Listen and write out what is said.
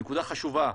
נקודה חשובה.